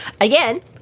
again